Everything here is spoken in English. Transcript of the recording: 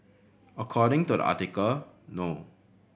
according to the article no